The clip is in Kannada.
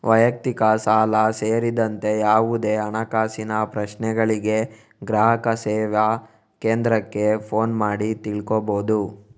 ವೈಯಕ್ತಿಕ ಸಾಲ ಸೇರಿದಂತೆ ಯಾವುದೇ ಹಣಕಾಸಿನ ಪ್ರಶ್ನೆಗಳಿಗೆ ಗ್ರಾಹಕ ಸೇವಾ ಕೇಂದ್ರಕ್ಕೆ ಫೋನು ಮಾಡಿ ತಿಳ್ಕೋಬಹುದು